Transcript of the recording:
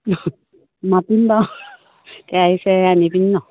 মতিম বাৰু কেৰাহী চেৰাহী আনি পিনি ন